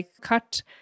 cut